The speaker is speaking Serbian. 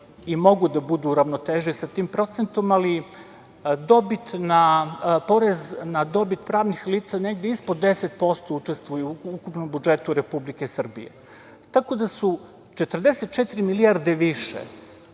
i mogu da budu u ravnoteži sa tim procentom, ali porez na dobit pravnih lica negde ispod 10% učestvuju u ukupnom budžetu Republike Srbije. Tako da su 44 milijarde više